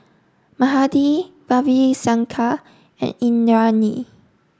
mahade Ravi Shankar and Indranee